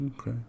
okay